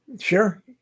Sure